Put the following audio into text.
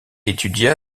étudia